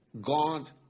God